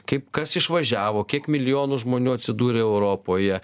kaip kas išvažiavo kiek milijonų žmonių atsidūrė europoje